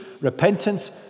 repentance